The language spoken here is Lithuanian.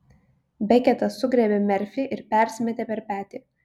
beketas sugriebė merfį ir persimetė per petį